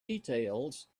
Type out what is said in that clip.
details